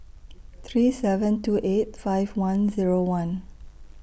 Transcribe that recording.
three seven two eight five one Zero one